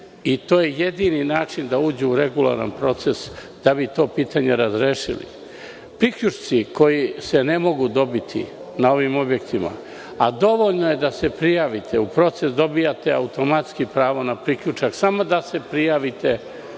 i to je jedini način da uđe u regularan proces da bi to pitanje razrešili. Priključci koji se ne mogu dobiti na ovim objektima, a dovoljno je da se prijavite u proces, dobijate automatski pravo na priključak, samo da se prijavite